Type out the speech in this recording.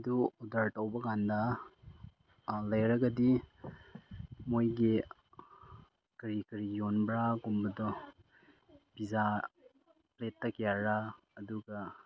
ꯑꯗꯨ ꯑꯣꯔꯗꯔ ꯇꯧꯕꯀꯥꯟꯗ ꯂꯩꯔꯒꯗꯤ ꯃꯣꯏꯒꯤ ꯀꯔꯤ ꯀꯔꯤ ꯌꯣꯟꯕ꯭ꯔꯥꯒꯨꯝꯕꯗꯣ ꯄꯤꯖꯥ ꯄ꯭ꯂꯦꯠꯇ ꯀꯌꯥꯔꯥ ꯑꯗꯨꯒ